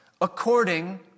according